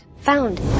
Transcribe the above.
Found